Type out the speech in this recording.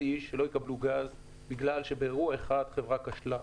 איש שלא יקבלו גז בגלל שבאירוע אחד חברה כשלה.